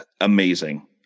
amazing